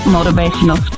Motivational